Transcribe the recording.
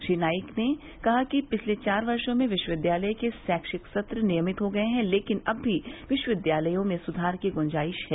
श्री नाईक ने कहा कि पिछले चार वर्षा में विश्वविद्यालयों के शैक्षिक सत्र नियमित हो गये हैं लेकिन अब भी विश्वविद्यालयों में सुधार की ग्जाइश है